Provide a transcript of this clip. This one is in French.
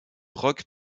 rock